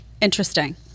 Interesting